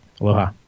Aloha